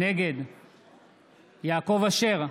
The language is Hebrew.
נגד יעקב אשר,